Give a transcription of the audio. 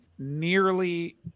nearly